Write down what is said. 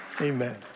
amen